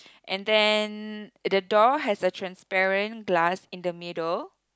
and then the door has a transparent glass in the middle